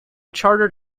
chartered